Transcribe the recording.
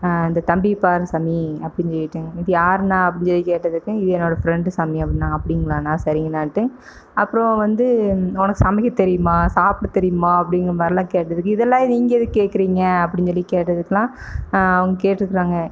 இந்த தம்பியை பார் சாமி அப்படின்ட்டு சொல்லிட்டு இது யாருண்ணா அப்படின்னு சொல்லி கேட்டதுக்கு இது என்னோடய ஃப்ரெண்டு சாமி அப்படின்னாங்க அப்படிங்களாண்ணா சரிங்கண்ணான்ட்டு அப்புறோம் வந்து உனக்கு சமைக்க தெரியுமா சாப்பிட தெரியுமா அப்படிங்குற மாதிரில்லாம் கேட்டதுக்கு இதெல்லாம் நீங்கள் எதுக்கு கேட்குறீங்க அப்படின்னு சொல்லி கேட்டதுக்குலாம் அவங்க கேட்டிருக்குறாங்க